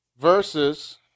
Versus